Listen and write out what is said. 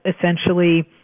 essentially